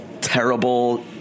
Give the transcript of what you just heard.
Terrible